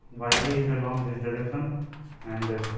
y b is along this direction and